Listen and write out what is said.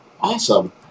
Awesome